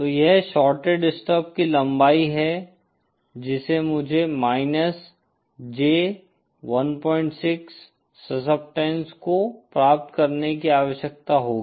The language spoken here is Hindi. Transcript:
तो यह शॉर्टेड स्टब की लंबाई है जिसे मुझे माइनस J 16 सस्केपटेन्स को प्राप्त करने की आवश्यकता होगी